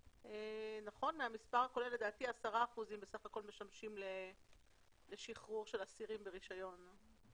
לדעתי המספר הכולל הוא 10% משמשים לשחרור של אסירים ברישיון.